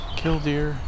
killdeer